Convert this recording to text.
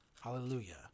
Hallelujah